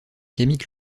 camille